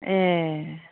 ए